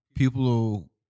People